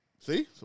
See